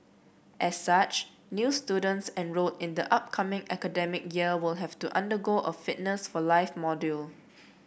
as such new students enrolled in the upcoming academic year will have to undergo a Fitness for life module